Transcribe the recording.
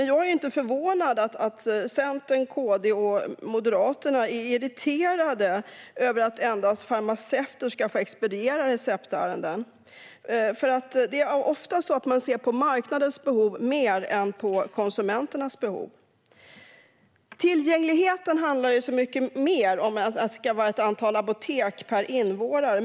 Jag är inte förvånad över att Centern, KD och Moderaterna är irriterade över att endast farmaceuter ska få expediera receptärenden. De ser ofta på marknadens behov mer än på konsumenternas behov. Tillgänglighet handlar om så mycket mer än antal apotek per invånare.